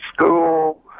school